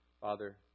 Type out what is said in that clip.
Father